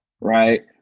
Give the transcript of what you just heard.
right